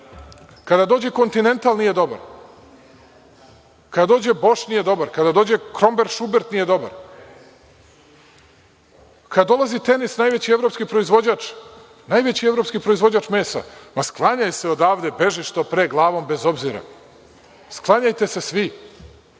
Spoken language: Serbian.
Kada dođe „Kontinental“, nije dobar. Kada dođe „Boš“, nije dobar. Kada dođe „Kromber Šubert“, nije dobar. Kada dolazi „Tenis“, najveći evropski proizvođač mesa – sklanjaj se odavde, beži što pre glavom bez obzira. Sklanjajte se svi.